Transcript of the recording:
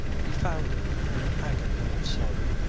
he found her in an agony of sorrow.